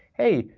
hey,